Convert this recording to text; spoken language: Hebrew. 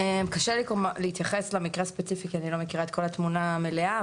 קשה לי להתייחס למקרה הספציפי כי אני לא מכירה את כל התמונה המלאה,